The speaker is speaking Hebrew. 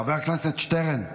חבר הכנסת שטרן.